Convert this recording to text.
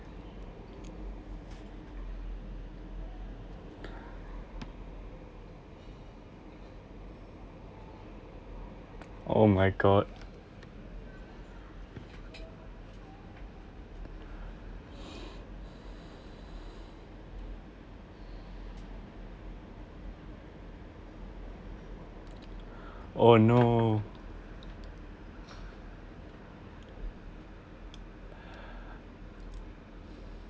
oh my god oh no